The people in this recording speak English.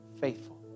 Faithful